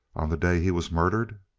on the day he was murdered!